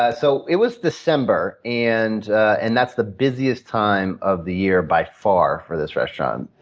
ah so it was december, and and that's the busiest time of the year, by far, for this restaurant.